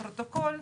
הפרוטוקול,